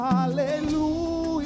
Hallelujah